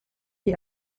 die